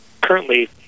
currently